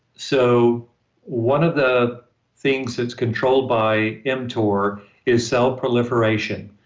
so one of the things that's controlled by mtor is cell proliferation.